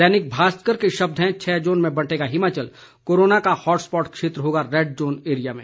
दैनिक भास्कर के शब्द हैं छह जोन में बंटेगा हिमाचल कोरोना का हॉट स्पॉट क्षेत्र होगा रेड जोन एरिया में